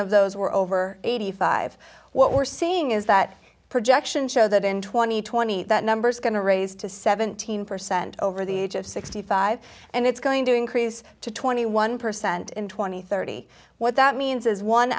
of those were over eighty five what we're seeing is that projections show that in twenty twenty that number's going to raise to seventeen percent over the age of sixty five and it's going to increase to twenty one percent in twenty thirty what that means is one